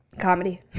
Comedy